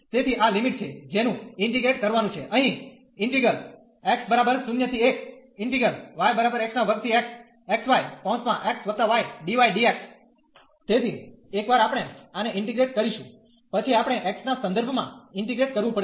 તેથી આ લિમિટ છે જેનુ ઇન્ટીગ્રેટ કરવાનું છે અહીં તેથી એકવાર આપણે આને ઇન્ટીગ્રેટકરીશું પછી આપણે x ના સંદર્ભમાં ઇન્ટીગ્રેટ કરવું પડશે